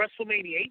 WrestleMania